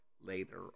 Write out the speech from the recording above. later